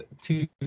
two